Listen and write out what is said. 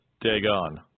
Dagon